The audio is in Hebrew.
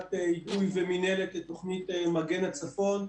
ועדת היגוי ומינהלת לתוכנית "מגן הצפון",